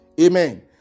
Amen